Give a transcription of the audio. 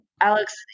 Alex